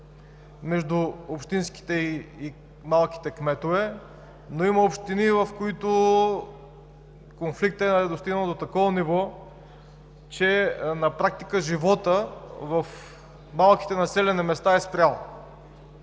между общинските и малките кметове, но има общини, в които конфликтът е достигнал до такова ниво, че на практика животът в малките населени места е спрял.